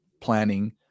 planning